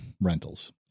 rentals